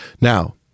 Now